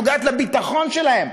נוגע בביטחון שלהם.